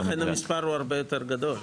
המספר הוא הרבה יותר גדול.